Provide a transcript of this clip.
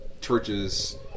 churches